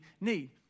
need